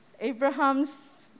Abraham's